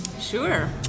sure